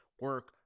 Work